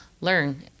learn